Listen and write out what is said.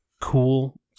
cool